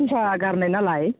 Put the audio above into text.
फैसा गारनाय नालाय